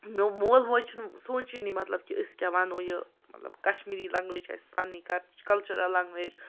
مول موج چھِنہٕ سونٛچے نی مطلب کہِ أسۍ کیٛاہ وَنو یہِ مطلب کَشمیٖری لَنٛگویج چھِ اَسہِ پَنٕنۍ کَلچرَل لَنٛگویج